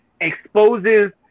exposes